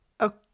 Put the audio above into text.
Okay